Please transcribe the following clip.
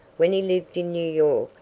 when he lived in new york,